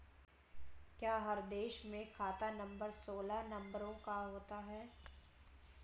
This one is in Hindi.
क्या हर देश में खाता नंबर सोलह नंबरों का होता है?